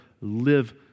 live